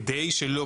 כדי שלא,